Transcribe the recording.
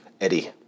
Eddie